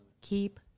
Keep